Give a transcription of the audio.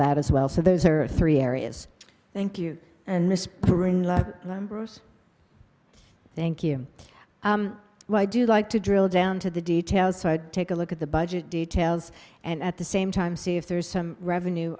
that as well so those are three areas thank you and the spring thank you well i do like to drill down to the details so i take a look at the budget details and at the same time see if there's some revenue